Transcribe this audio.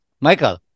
Michael